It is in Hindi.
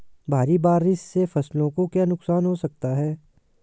भारी बारिश से फसलों को क्या नुकसान हो सकता है?